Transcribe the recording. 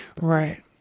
Right